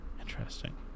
interesting